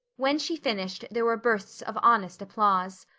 when she finished there were bursts of honest applause.